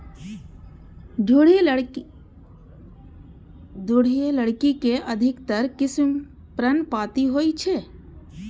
दृढ़ लकड़ी के अधिकतर किस्म पर्णपाती होइ छै